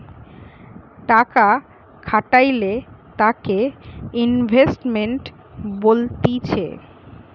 টাকা খাটাইলে তাকে ইনভেস্টমেন্ট বলতিছে